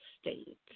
state